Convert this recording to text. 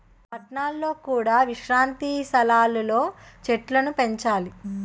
పట్టణాలలో కూడా విశ్రాంతి సాలలు లో చెట్టులను పెంచాలి